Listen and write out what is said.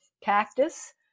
cactus